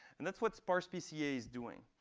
and that's what sparse pca is doing.